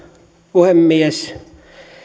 puhemies